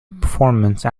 performance